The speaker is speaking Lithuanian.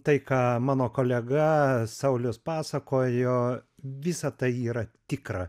tai ką mano kolega saulius pasakojo visa tai yra tikra